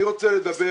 אני רוצה לדבר